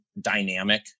dynamic